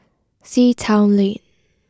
Sea Town Lane